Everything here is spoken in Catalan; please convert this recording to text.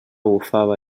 bufava